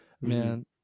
man